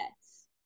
Yes